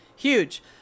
huge